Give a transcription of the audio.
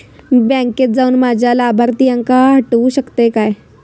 मी बँकेत जाऊन माझ्या लाभारतीयांका हटवू शकतय काय?